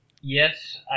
yes